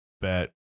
bet